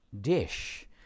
dish